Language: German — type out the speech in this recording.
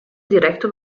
direktor